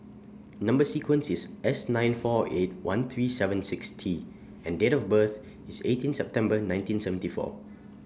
Number sequence IS S nine four eight one three seven six T and Date of birth IS eighteen September nineteen seventy four